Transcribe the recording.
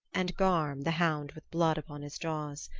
and garm, the hound with blood upon his jaws.